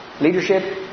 leadership